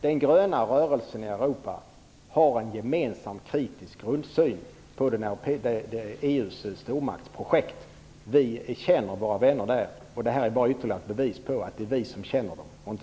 Den gröna rörelsen i Europa har en gemensam kritisk grundsyn på EU:s stormaktsprojekt. Vi känner våra vänner där. Detta är ytterligare ett bevis på att vi känner dem, men inte